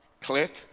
Click